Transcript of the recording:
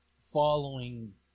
following